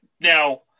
now